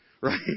right